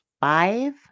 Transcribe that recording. five